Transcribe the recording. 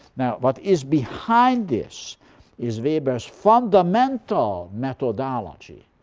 now what is behind this is weber's fundamental methodology.